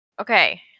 Okay